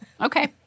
Okay